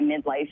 midlife